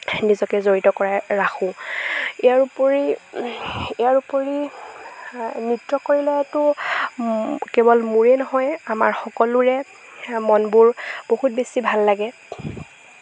নিজকে জড়িত কৰাই ৰাখোঁ ইয়াৰ উপৰি ইয়াৰ উপৰি নৃত্য কৰিলেতো কেৱল মোৰে নহয় আমাৰ সকলোৰে মনবোৰ বহুত বেছি ভাল লাগে